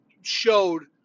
showed